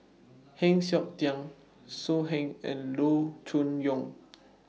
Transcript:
Heng Siok Tian So Heng and Loo Choon Yong